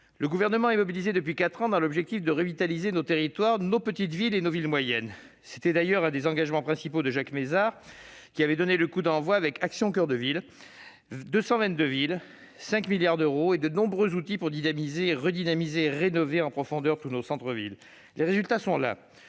Le Gouvernement est mobilisé depuis quatre ans dans l'objectif de revitaliser nos territoires, nos petites villes et nos villes moyennes. Il s'agissait d'ailleurs de l'un des principaux engagements de Jacques Mézard, qui avait donné le coup d'envoi avec Action coeur de ville : 222 villes, 5 milliards d'euros et de nombreux outils pour redynamiser et rénover en profondeur nos centres-villes. Les résultats sont là